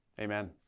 Amen